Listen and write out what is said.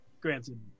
granted